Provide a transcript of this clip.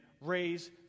raise